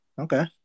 Okay